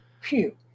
phew